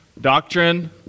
doctrine